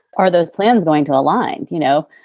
are those plans going to align? you know,